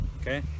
okay